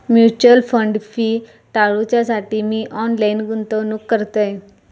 mutual fund fee टाळूच्यासाठी मी online गुंतवणूक करतय